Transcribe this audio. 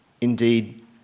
Indeed